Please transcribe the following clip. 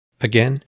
Again